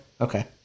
Okay